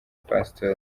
pastori